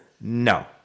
no